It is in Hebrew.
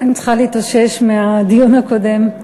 אני צריכה להתאושש מהדיון הקודם.